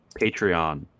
Patreon